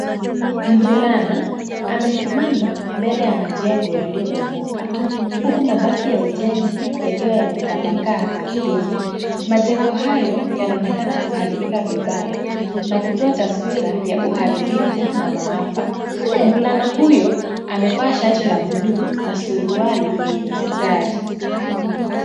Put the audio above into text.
Mvulana amesimama mbele ya majengo yaliyobomoka, huku mabaki ya ujenzi yakiwa yametapakaa ardhini. Majengo hayo yanaonekana kuharibika vibaya na kutoa taswira ya uharibifu na maafa. Mvulana huyo amevaa shati la blue na suruali yenye mistari.